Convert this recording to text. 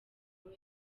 raul